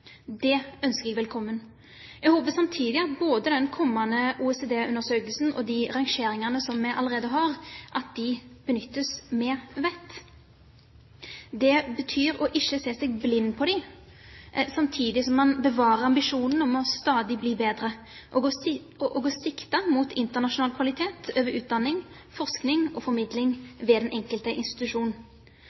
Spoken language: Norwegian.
Det ønsker jeg velkommen. Jeg håper samtidig at både den kommende OECD-undersøkelsen og de rangeringene som vi allerede har, benyttes med vett. Det betyr å ikke se seg blind på dem, samtidig som man bevarer ambisjonen om stadig å bli bedre og å sikte mot internasjonal kvalitet på utdanning, forskning og formidling ved den enkelte institusjon.